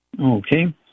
Okay